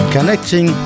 Connecting